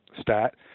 stat